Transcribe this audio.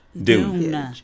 Dune